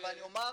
אבל אני אומר,